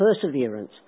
perseverance